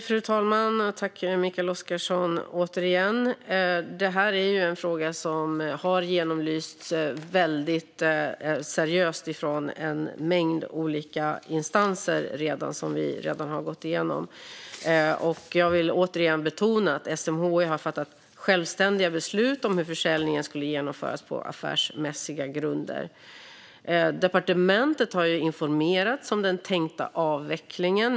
Fru talman! Detta är ju en fråga som har genomlysts väldigt seriöst av en mängd olika instanser, vilket vi redan har gått igenom. Jag vill återigen betona att SMHI har fattat självständiga beslut om hur försäljningen skulle genomföras på affärsmässiga grunder. Departementet har informerats om den tänkta avvecklingen.